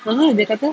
lepas tu dia kata